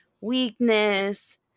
weakness